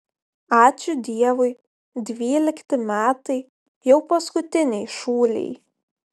ačiū dievui dvylikti metai jau paskutiniai šūlėj